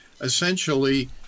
essentially